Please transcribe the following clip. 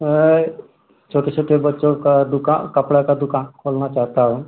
मैं छोटे छोटे बच्चों का दुका कपड़ों की दुकान खोलना चाहता हूँ